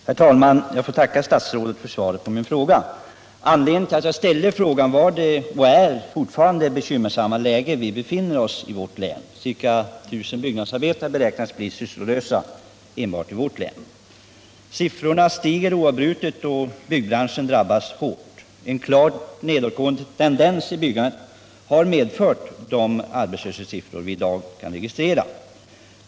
Herr talman! Jag får tacka statsrådet för svaret på min fråga. Anledningen till att jag ställt frågan är det bekymmersamma läget i vårt län — ca 1000 byggnadsarbetare beräknas bli sysslolösa enbart i vårt län. Siffrorna stiger oavbrutet, och byggbranschen drabbas hårt. En klar nedåtgående tendens i byggandet har medfört de arbetslöshetssiffror vi i dag kan registrera.